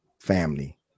family